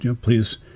Please